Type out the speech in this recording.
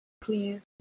please